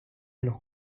los